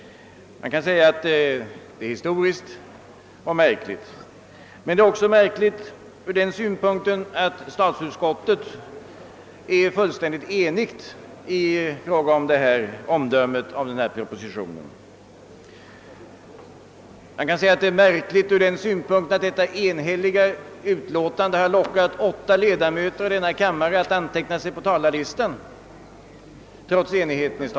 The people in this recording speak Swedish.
Man kan därför säga att utlåtandet är historiskt, men det är också märkligt ur den synpunkten, att statsutskottet är fullständigt enigt i fråga om detta omdöme om propositionen. Det är även märkligt att detta enhälliga utlåtande har lockat åtta ledamöter av denna kammare att anteckna sig på talarlistan.